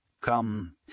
Come